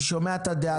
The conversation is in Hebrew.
אני שומע את הדאגה.